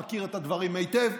הוא מכיר את הדברים היטב.